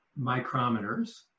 micrometers